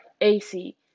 AC